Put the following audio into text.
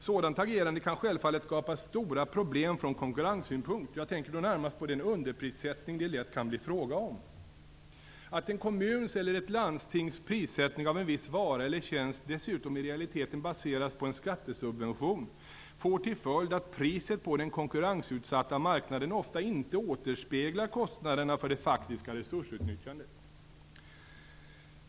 Sådant agerande kan självfallet skapa stora problem från konkurrenssynpunkt. Jag tänker då närmast på den underprissättning det lätt kan bli fråga om. Att en kommuns eller ett landstings prissättning av en viss vara eller tjänst dessutom i realiteten baseras på en skattesubvention får till följd att priset på den konkurrensutsatta marknaden ofta inte återspeglar kostnaderna för det faktiska resursutnyttjandet.